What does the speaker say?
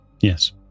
Yes